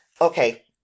okay